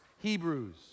Hebrews